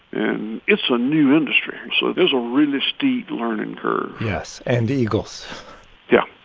and it's a new industry, so there's a really steep learning curve yes, and the eagles yeah,